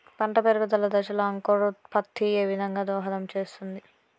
పంట పెరుగుదల దశలో అంకురోత్ఫత్తి ఏ విధంగా దోహదం చేస్తుంది?